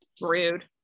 rude